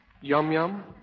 Yum-yum